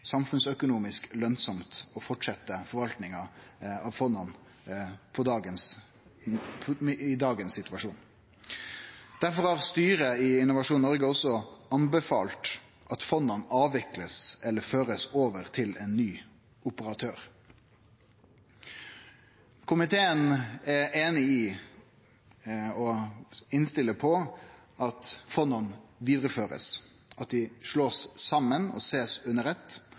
samfunnsøkonomisk lønsamt å fortsetje forvaltinga av fonda i dagens situasjon. Derfor har styret i Innovasjon Noreg også anbefalt at fonda skal avviklast eller førast over til ein ny operatør. Komiteen er einig i, og innstiller på, at fonda skal vidareførast, at dei blir slåtte saman og sett på under